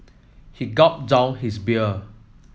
he gulped down his beer